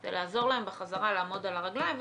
הוא לעזור להם בחזרה לעמוד על הרגליים,